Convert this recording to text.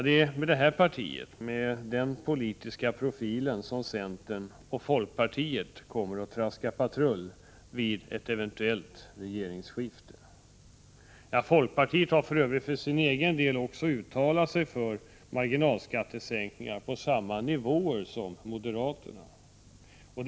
Det är med det parti som har denna politiska profil som centern och folkpartiet kommer att traska patrull vid ett eventuellt regeringsskifte. Folkpartiet har för övrigt också för egen del uttalat sig för marginalskattesänkningar på samma nivåer som moderaterna föreslår.